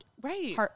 Right